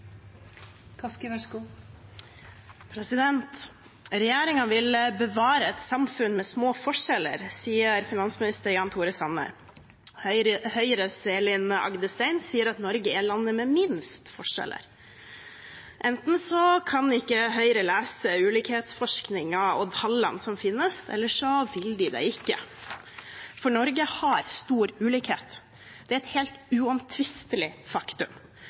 vil bevare et samfunn med små forskjeller, sier finansminister Jan Tore Sanner. Høyres Elin Rodum Agdestein sier at Norge er landet med minst forskjeller. Enten kan ikke Høyre lese ulikhetsforskningen og tallene som finnes, eller så vil de det ikke, for Norge har stor ulikhet. Det er et helt uomtvistelig faktum.